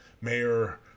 Mayor